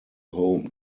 home